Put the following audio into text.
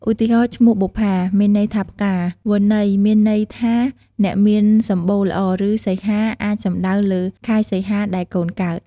ឧទាហរណ៍ ឈ្មោះ "បុប្ផា" មានន័យថាផ្កា "វណ្ណី" មានន័យថាអ្នកមានសម្បុរល្អ ឬ "សីហា" អាចសំដៅលើខែសីហាដែលកូនកើត។